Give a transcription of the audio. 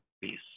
peace